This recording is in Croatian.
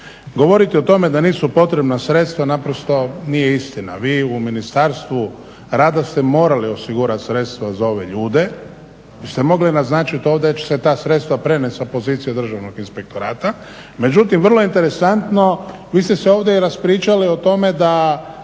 Govoriti o tome da nisu potrebna sredstva naprosto nije istina. Vi u Ministarstvu rada ste morali osigurat sredstva za ove ljude. Vi ste mogli naznačit ovdje da će se ta sredstva prenijet sa pozicije Državnog inspektorata. Međutim vrlo je interesantno, vi ste se ovdje raspričali o tome da